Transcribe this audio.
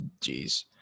jeez